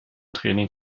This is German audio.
training